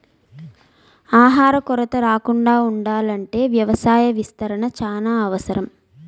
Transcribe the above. ఆహార కొరత రాకుండా ఉండాల్ల అంటే వ్యవసాయ విస్తరణ చానా అవసరం